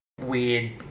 weird